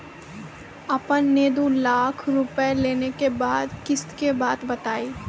आपन ने दू लाख रुपिया लेने के बाद किस्त के बात बतायी?